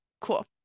cool